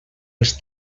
els